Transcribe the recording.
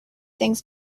things